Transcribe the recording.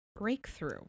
breakthrough